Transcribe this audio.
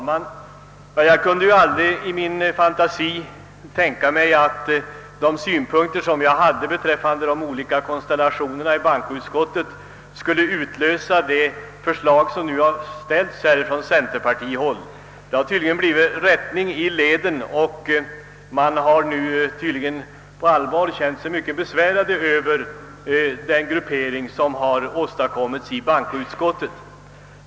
Herr talman! Inte ens i min vildaste fantasi kunde jag väl tänka mig att mina synpunkter på de olika konstellationerna i bankoutskottet så omedelbart skulle utlösa det förslag som nu ställts från centerpartihåll genom herr Nilsson i Tvärålund. Där har det tydligen blivit rättning i leden och man har nu på allvar känt sig besvärad över grupperingen i utskottet.